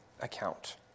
account